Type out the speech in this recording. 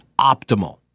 optimal